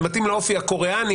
מתאים לאופי הקוריאני,